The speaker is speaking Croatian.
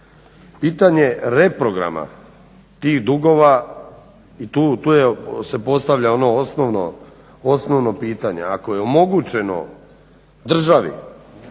Pitanje reprograma tih dugova i tu se postavlja ono osnovno pitanje, ako je omogućeno državi